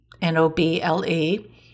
N-O-B-L-E